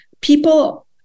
people